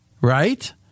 right